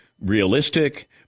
realistic